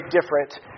different